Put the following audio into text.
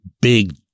big